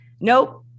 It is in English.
nope